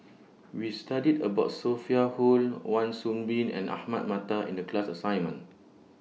We studied about Sophia Hull Wan Soon Bee and Ahmad Mattar in The class assignment